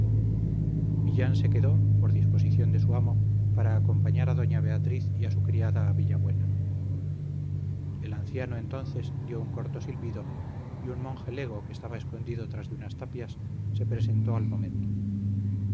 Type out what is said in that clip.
millán se quedó por disposición de su amo para acompañar a doña beatriz y a su criada a villabuena el anciano entonces dio un corto silbido y un monje lego que estaba escondido tras de unas tapias se presentó al momento